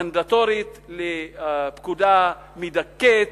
מנדטורית, לפקודה מדכאת,